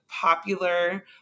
popular